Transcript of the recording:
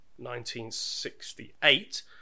1968